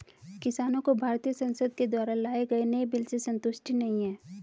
किसानों को भारतीय संसद के द्वारा लाए गए नए बिल से संतुष्टि नहीं है